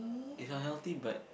it's unhealthy but